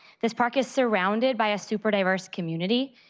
this park is surrounded by a super diverse community,